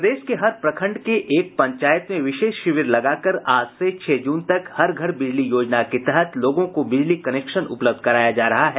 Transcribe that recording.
प्रदेश के हर प्रखंड के एक पंचायत में विशेष शिविर लगाकर आज से छह जून तक हर घर बिजली योजना के तहत लोगों को बिजली कनेक्शन उपलब्ध कराया जा रहा है